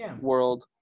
world